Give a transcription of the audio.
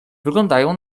wyglądają